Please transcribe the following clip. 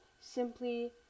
simply